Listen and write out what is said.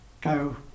go